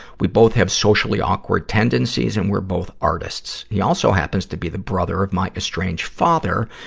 we both have socially awkward tendencies and we're both artists. he also happens to be the brother of my estranged father,